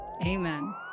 Amen